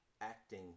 acting